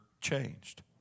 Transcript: changed